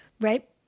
right